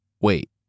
Wait